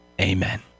Amen